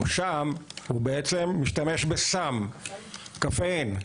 הוא בעצם משתמש בסם - קפאין,